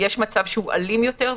יש מצב שהוא אלים יותר,